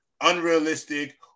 unrealistic